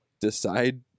decide